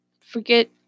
Forget-